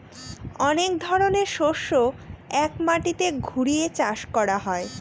অনেক ধরনের শস্য এক মাটিতে ঘুরিয়ে চাষ করা হয়